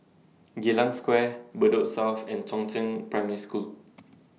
Geylang Square Bedok South and Chongzheng Primary School